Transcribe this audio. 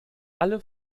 alle